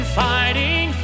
fighting